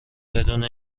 بدون